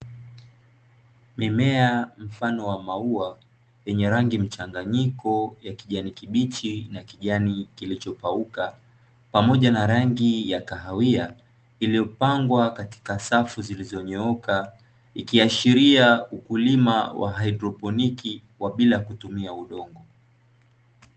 Mimea mfano wa maua yenye rangi mchanganyiko ya kijani kibichi na kijani kilichopauka, pamoja na rangi ya kahawia, iliyopangwa katika safu zilizonyooka ikiashiria wakulima wa haidroponiki wa bila kutumia udongo.